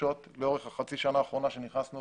שמתרחשות לאורך חצי השנה האחרונה אז נכנסנו